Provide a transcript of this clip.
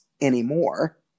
anymore